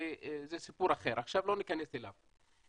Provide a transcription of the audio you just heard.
וזה סיפור אחר שלא ניכנס אליו עכשיו.